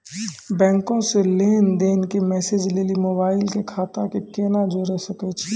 Bank से लेंन देंन के मैसेज लेली मोबाइल के खाता के केना जोड़े सकय छियै?